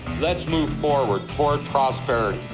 let's move forward toward prosperity.